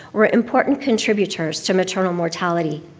were important contributors to maternal mortality.